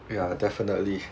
ya definitely